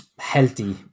healthy